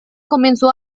comenzó